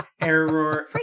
Error